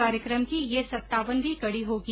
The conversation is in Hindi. कार्यक्रम की यह सत्तावन वीं कड़ी होगी